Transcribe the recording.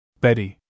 Betty